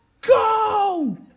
go